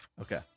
Okay